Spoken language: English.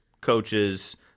coaches